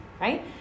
right